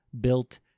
built